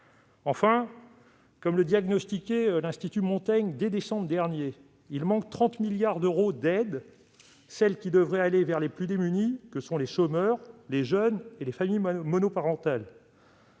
Enfin, comme le diagnostiquait l'Institut Montaigne dès décembre dernier, il manque 30 milliards d'euros d'aides, celles qui devraient aller vers les plus démunis que sont les chômeurs, les jeunes et les familles monoparentales.